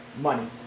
money